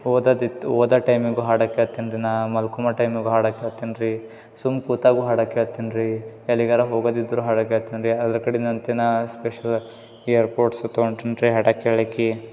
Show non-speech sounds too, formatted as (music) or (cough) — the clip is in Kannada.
ಓದದಿತ್ತು ಓದಾ ಟೈಮಿಗು ಹಾಡು ಕೇಳ್ತೇನೆ ರೀ ನಾ ಮಾಲ್ಕೊಮ ಟೈಮಿಗು ಹಾಡು ಕೇಳ್ತೇನೆ ರೀ ಸುಮ್ ಕೂತಾಗು ಹಾಡು ಕೇಳ್ತೇನೆ ರೀ ಎಲ್ಲಿಗಾರ ಹೋಗೋದಿದ್ರೂ ಹಾಡು ಕೇಳ್ತೇನೆ ರೀ ಯಾವ್ದ ಕಡೆ (unintelligible) ಸ್ಪೆಷಲ್ ಏರ್ಪೋಡ್ಸು ತಗೊಂಡೀನ್ ರೀ ಹಾಡು ಕೇಳಲಿಕ್ಕೆ